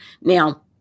now